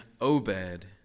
Obed